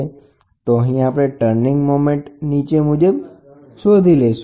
વિરોધી ક્ષણ તો અહીં આપણે ટર્નિંગ મોમેન્ટ Tm નીચે મુજબ શોધશુ